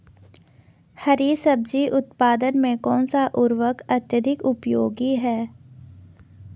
हरी सब्जी उत्पादन में कौन सा उर्वरक अत्यधिक उपयोगी है?